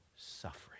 suffering